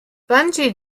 bungee